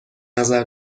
نظر